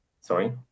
sorry